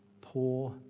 poor